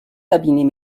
cabinets